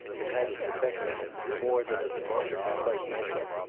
it had its effect on him more than at the moment he quite measured.